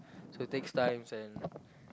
so it takes time and